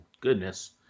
Goodness